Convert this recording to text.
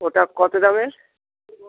ওটা কত দামের